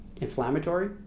inflammatory